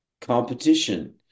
competition